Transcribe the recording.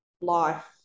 life